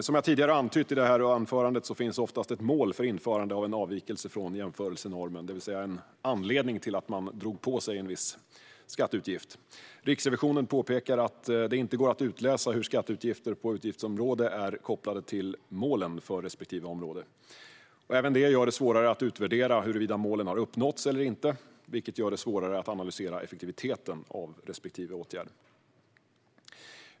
Som jag tidigare antytt i detta anförande finns det oftast ett mål för införande av en avvikelse från jämförelsenormen, det vill säga en anledning till att man dragit på sig en viss skatteutgift. Riksrevisionen påpekar att det inte går att utläsa hur skatteutgifter på utgiftsområden är kopplade till målen för respektive område. Även detta gör det svårare att utvärdera huruvida målen uppnåtts eller inte, vilket gör det svårare att analysera effektiviteten av respektive åtgärd.